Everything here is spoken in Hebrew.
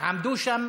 עמדו שם